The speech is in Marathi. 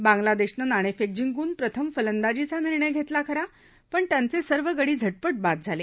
बांगलादेशनं नाणेफेक जिंकून प्रथम फलंदाजछा निर्णय घेतला खरा पण त्यांचे सर्व गड झिटपट बाद झाले